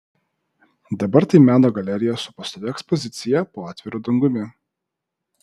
dabar tai meno galerija su pastovia ekspozicija po atviru dangumi